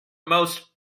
most